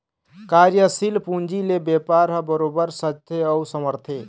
कार्यसील पूंजी ले बेपार ह बरोबर सजथे अउ संवरथे